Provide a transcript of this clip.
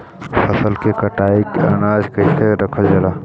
फसल कटाई के बाद अनाज के कईसे रखल जाला?